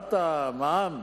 שהעלאת המע"מ